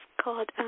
called